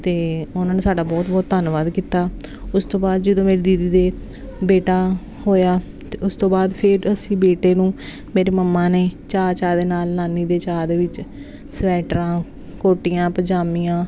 ਅਤੇ ਉਹਨਾਂ ਨੇ ਸਾਡਾ ਬਹੁਤ ਬਹੁਤ ਧੰਨਵਾਦ ਕੀਤਾ ਉਸ ਤੋਂ ਬਾਅਦ ਜਦੋਂ ਮੇਰੀ ਦੀਦੀ ਦੇ ਬੇਟਾ ਹੋਇਆ ਅਤੇ ਉਸ ਤੋਂ ਬਾਅਦ ਫਿਰ ਅਸੀਂ ਬੇਟੇ ਨੂੰ ਮੇਰੀ ਮੰਮਾ ਨੇ ਚਾਅ ਚਾਅ ਦੇ ਨਾਲ ਨਾਨੀ ਦੇ ਚਾਅ ਦੇ ਵਿੱਚ ਸਵੈਟਰਾਂ ਕੋਟੀਆਂ ਪਜਾਮੀਆਂ